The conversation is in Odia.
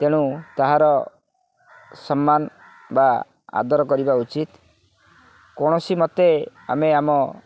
ତେଣୁ ତାହାର ସମ୍ମାନ ବା ଆଦର କରିବା ଉଚିତ୍ କୌଣସି ମତେ ଆମେ ଆମ